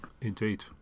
indeed